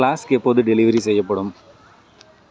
flask எப்போது delivery செய்யப்படும்